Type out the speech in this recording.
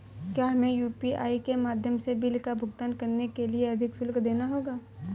क्या हमें यू.पी.आई के माध्यम से बिल का भुगतान करने के लिए अधिक शुल्क देना होगा?